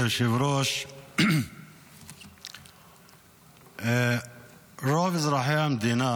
מכובדי היושב-ראש, רוב אזרחי המדינה